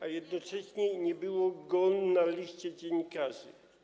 a jednocześnie nie było go na liście dziennikarzy.